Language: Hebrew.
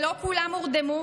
ולא כולם הורדמו.